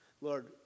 Lord